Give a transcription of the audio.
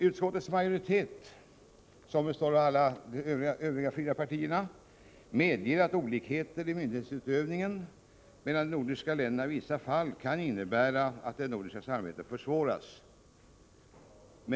Utskottets majoritet, som består av de övriga fyra partierna, medger att olikheter i myndighetsutövningen i de nordiska länderna i vissa fall kan innebära att det nordiska samarbetet försvåras.